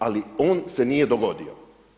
Ali on se nije dogodio.